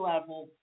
level